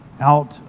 out